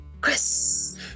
Chris